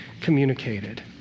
communicated